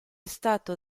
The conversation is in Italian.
stato